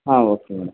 ಹಾಂ okay madam